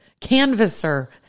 Canvasser